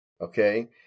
Okay